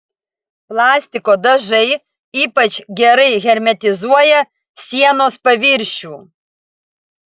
plastiko dažai ypač gerai hermetizuoja sienos paviršių